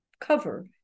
cover